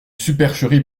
supercherie